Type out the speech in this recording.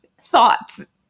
thoughts